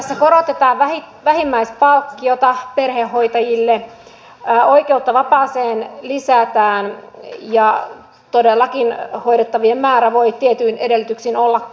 tässä korotetaan vähimmäispalkkiota perhehoitajille oikeutta vapaaseen lisätään ja todellakin hoidettavien määrä voi tietyin edellytyksin olla kuusi